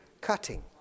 cutting